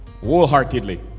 wholeheartedly